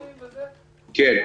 כן.